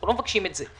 אנחנו לא מבקשים את זה.